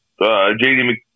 JD